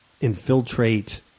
infiltrate